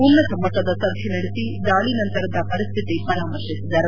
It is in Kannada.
ಉನ್ನತ ಮಟ್ಟದ ಸಭೆ ನಡೆಸಿ ದಾಳಿ ನಂತರದ ವರಿಸ್ಥಿತಿ ವರಾಮರ್ಶಿಸಿದರು